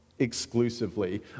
exclusively